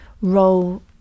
role